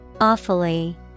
Awfully